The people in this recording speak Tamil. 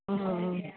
ம் ம்